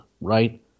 right